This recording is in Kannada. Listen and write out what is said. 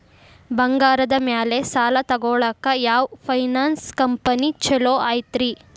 ಬಂಗಾರದ ಮ್ಯಾಲೆ ಸಾಲ ತಗೊಳಾಕ ಯಾವ್ ಫೈನಾನ್ಸ್ ಕಂಪನಿ ಛೊಲೊ ಐತ್ರಿ?